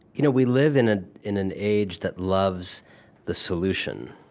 you know we live in ah in an age that loves the solution.